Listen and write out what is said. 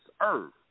earth